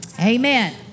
Amen